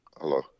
hello